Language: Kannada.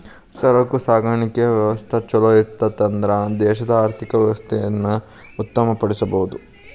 ಸರಕು ಸಾಗಾಣಿಕೆಯ ವ್ಯವಸ್ಥಾ ಛಲೋಇತ್ತನ್ದ್ರ ದೇಶದ ಆರ್ಥಿಕ ವ್ಯವಸ್ಥೆಯನ್ನ ಉತ್ತಮ ಪಡಿಸಬಹುದು